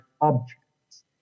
objects